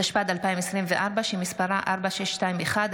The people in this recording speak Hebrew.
התשפ"ד 2024, שמספרה פ/25/4621.